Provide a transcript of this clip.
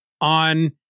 on